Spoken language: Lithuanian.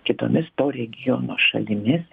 kitomis to regiono šalimis